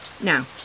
Now